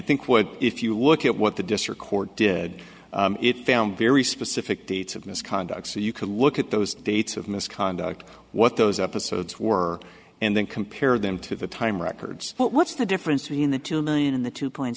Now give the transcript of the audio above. think what if you look at what the district court did it found very specific dates of misconduct so you can look at those dates of misconduct what those episodes were and then compare them to the time records but what's the difference between the two million in the two point